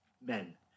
Men